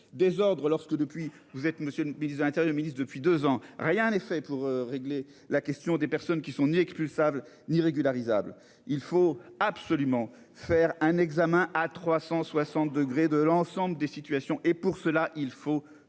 désordres lorsque depuis vous êtes monsieur le ministre de l'Intérieur, ministre depuis 2 ans, rien n'est fait pour régler la question des personnes qui sont ni expulsables ni régularisables, il faut absolument faire un examen à 360 degrés de l'ensemble des situations et pour cela il faut du